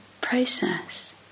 process